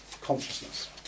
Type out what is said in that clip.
consciousness